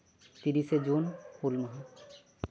ᱛᱤᱨᱤᱥᱮ ᱡᱩᱱ ᱦᱩᱞ ᱢᱟᱦᱟ